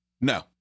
No